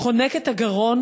חונק את הגרון,